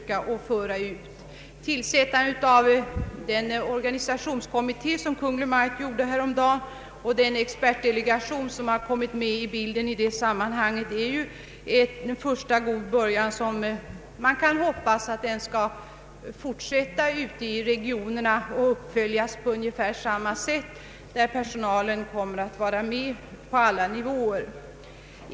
Kungl. Maj:ts tillsättande av en organisationskommitté häromdagen och den expertdelegation som i det sammanhanget har kommit med i bilden är en första god början som man kan hoppas fortsätter ute i regionerna och uppföljs så att personalen får vara med och bestämma på alla nivåer.